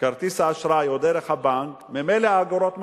כרטיס האשראי או דרך הבנק, ממילא האגורות מחושבות.